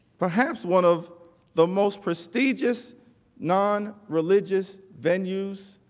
perhaps one of the most prestigious nonreligious venues